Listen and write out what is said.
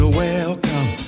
welcome